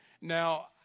Now